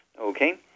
Okay